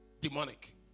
Demonic